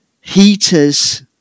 heaters